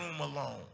alone